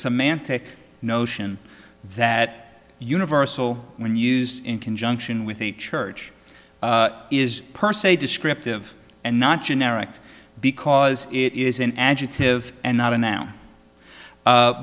semantic notion that universal when used in conjunction with the church is per se descriptive and not generic because it is an adjective and not a no